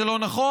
זה לא נכון,